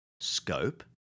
Scope